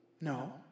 No